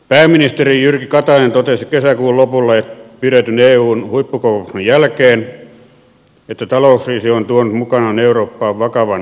pääministeri jyrki katainen totesi kesäkuun lopulla pidetyn eun huippukokouksen jälkeen että talouskriisi on tuonut mukanaan eurooppaan vakavan luottamuspulan